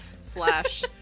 slash